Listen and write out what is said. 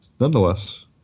Nonetheless